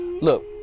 look